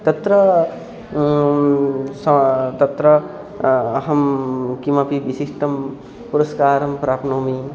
तत्र सः तत्र अहं किमपि विशिष्टं पुरस्कारं प्राप्नोमि